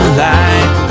light